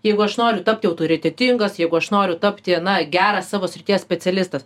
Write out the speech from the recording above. jeigu aš noriu tapti autoritetingas jeigu aš noriu tapti na geras savo srities specialistas